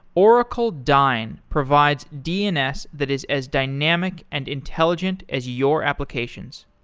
oracle dyn provides dns that is as dynamic and intelligent as your applications.